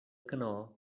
canó